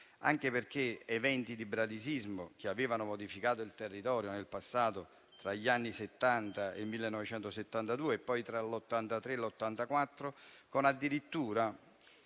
anche perché eventi di bradisismo avevano modificato il territorio nel passato, tra il 1970 e il 1972 e poi tra il 1980 e il 1984, con addirittura